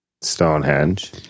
Stonehenge